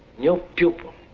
no pupil,